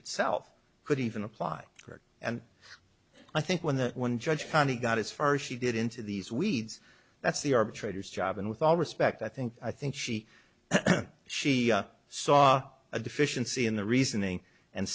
itself could even apply for it and i think when the one judge penny got as far as she did into these weeds that's the arbitrators job and with all respect i think i think she she saw a deficiency in the reasoning and